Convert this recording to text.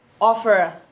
offer